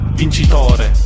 vincitore